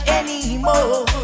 anymore